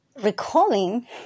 recalling